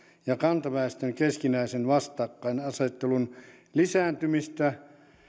ja kantaväestön keskinäisen vastakkainasettelun lisääntymistä